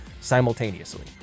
simultaneously